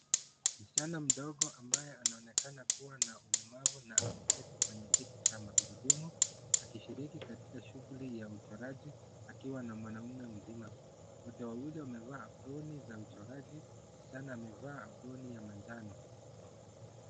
Msichana mdogo ambaye anaonekana kuwa na ulemavu na ameketi kwenye kiti ma gurudumu, akishiriki katika shughuli ya uchoraji akiwa na mwanaume mzima. Wote wawili wamevaa aproni za uchoraji. Msichana amevaa aproni ya manjano.